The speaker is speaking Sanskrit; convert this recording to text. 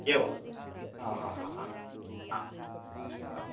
एव हा हा हा ह ह